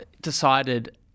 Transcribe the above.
decided